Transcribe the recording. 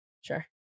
Sure